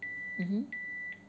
mmhmm